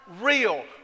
real